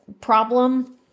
problem